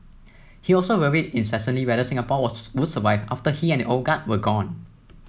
he also worried incessantly whether Singapore would survive after he and the old guard were gone